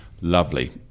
Lovely